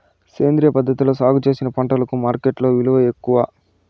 సేంద్రియ పద్ధతిలో సాగు చేసిన పంటలకు మార్కెట్టులో విలువ ఎక్కువ